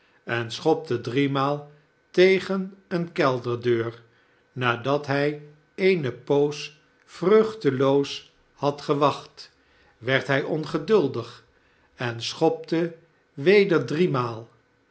en schopte driemaal tegen een kelderdeur nadat hij eene poos vruchteloos had gewacht werd hij ongeduldig en schopte weder driemaal